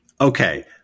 okay